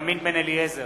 בנימין בן-אליעזר,